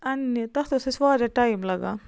انٛنہِ تَتھ اوس اَسہِ واریاہ ٹایِم لَگان